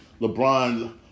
LeBron